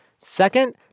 Second